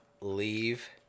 Leave